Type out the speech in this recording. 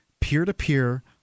peer-to-peer